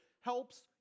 helps